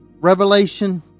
revelation